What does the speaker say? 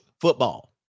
football